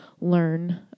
learn